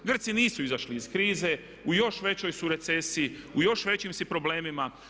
Grci nisu izašli iz krize, u još većoj su recesiji, u još većim su problemima.